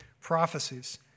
prophecies